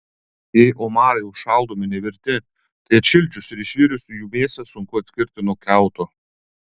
jei omarai užšaldomi nevirti tai atšildžius ir išvirus jų mėsą sunku atskirti nuo kiauto